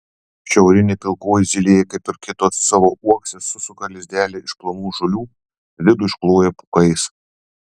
šiaurinė pilkoji zylė kaip ir kitos savo uokse susuka lizdelį iš plonų žolių vidų iškloja pūkais